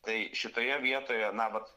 tai šitoje vietoje na vat